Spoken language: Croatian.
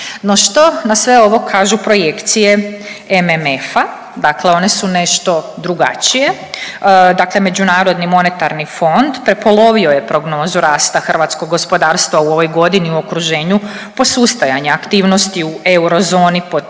No što na sve ovo kažu projekcije MMF-a? Dakle, one su nešto drugačije. Dakle, Međunarodni monetarni fond prepolovio je prognozu rasta hrvatskog gospodarstva u ovoj godini u okruženju, posustajanja aktivnosti u eurozoni pod